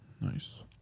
Nice